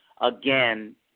again